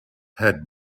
had